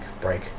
break